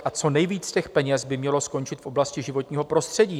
A co nejvíc těch peněz by mělo skončit v oblasti životního prostředí.